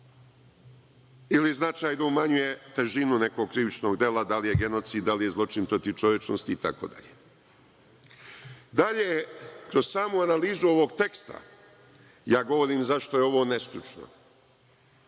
ili značajno umanjuje težinu nekog krivičnog dela, da li je genocid, da li je zločin protiv čovečnosti, itd. Dalje, kroz samu analizu ovog teksta, ja govorim zašto je ovo nestručno,